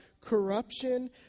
corruption